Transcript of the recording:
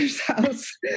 house